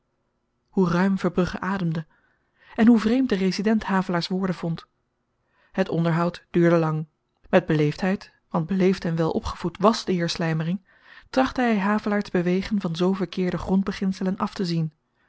hoe ruim verbrugge ademde en hoe vreemd de resident havelaars woorden vond het onderhoud duurde lang met beleefdheid want beleefd en welopgevoed wàs de heer slymering trachtte hy havelaar te bewegen van zoo verkeerde grondbeginselen aftezien